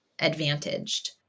advantaged